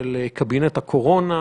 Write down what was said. של קבינט הקורונה,